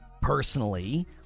personally